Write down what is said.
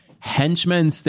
henchmen